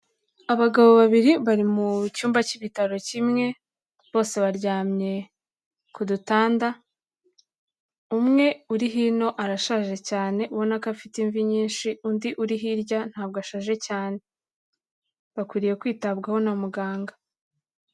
Abagabo babiri bari mu cyumba cy'ibitaro kimwe, bose baryamye ku dutanda, umwe uri hino arashaje cyane ubona ko afite imvi nyinsh,i undi uri hirya ntabwo ashaje cyane, bakwiriye kwitabwaho na muganga.